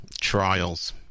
trials